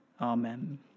Amen